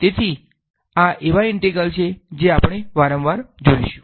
તેથી આ એવા ઇન્ટિગ્રલ્સ છે જે આપણે વારંવાર જોઈશુ